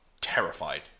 terrified